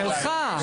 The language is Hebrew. שלך.